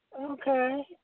Okay